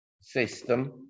system